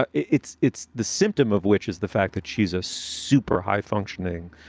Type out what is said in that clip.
but it's it's the symptom of which is the fact that she's a super high functioning,